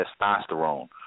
testosterone